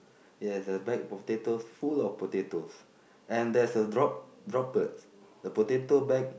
yes the bag of potatoes full of potatoes and there's a drop droplet the potato bag